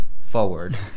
forward